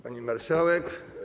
Pani Marszałek!